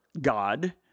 God